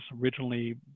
originally